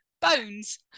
Bones